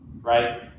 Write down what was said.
right